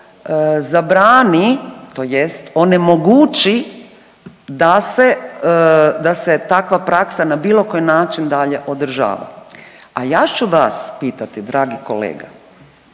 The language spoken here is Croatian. tako zabrani tj. onemogući da se, da se takva praksa na bilo koji način dalje održava, a ja ću vas pitati, dragi kolega,